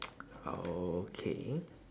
oh okay